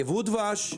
ייבוא דבש,